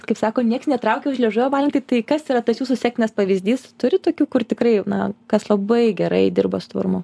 kaip sako nieks netraukė už liežuvio valentai tai kas yra tas jūsų sektinas pavyzdys turit tokių kur tikrai na kas labai gerai dirba su tvarumu